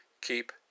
keep